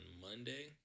Monday